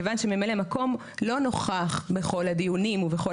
מכיוון שממלא מקום לא נוכח בכל הדיונים ובכל